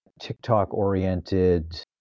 TikTok-oriented